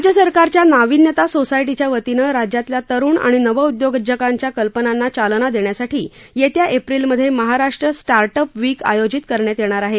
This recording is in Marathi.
राज्य सरकारच्या नाविन्यता सोसायटीच्या वतीनं राज्यातील तरुण आणि नवउदयोजकांच्या कल्पनांना चालना तेण्यासाठी येत्या एप्रिलमध्ये महाराष्ट्र स्टार्टअप वीक आयोजित करण्यात येणार आहे